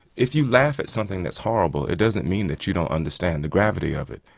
if you laugh at something that's horrible it doesn't mean that you don't understand the gravity of it,